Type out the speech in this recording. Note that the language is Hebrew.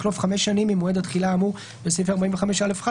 בחלוף חמש שנים ממועד התחילה האמור בסעיף 45(א)(1)."